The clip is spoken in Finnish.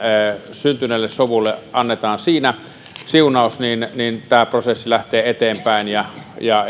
syntyneelle sovulle annetaan siinä siunaus niin niin tämä prosessi lähtee eteenpäin ja ja